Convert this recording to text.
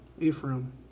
Ephraim